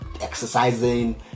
exercising